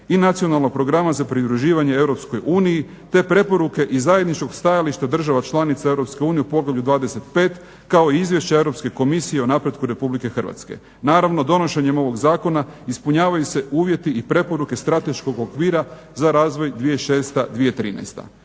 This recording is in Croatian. i nacionalnog programa za pridruživanje Europskoj uniji, te preporuke iz zajedničkog stajališta država članica Europske unije u poglavlju 25. kao i izvješća Europske komisije o napretku Republike Hrvatske. Naravno, donošenjem ovog zakona ispunjavaju se uvjeti i preporuke strateškog okvira za razvoj 2006-2013.